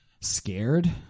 scared